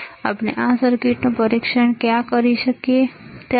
તો આપણે આ સર્કિટનું પરીક્ષણ ક્યાં કરી શકીએ બરાબર